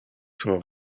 pro